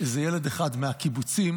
ילד אחד מהקיבוצים